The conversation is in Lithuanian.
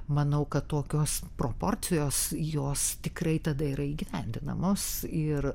manau kad tokios proporcijos jos tikrai tada yra įgyvendinamos ir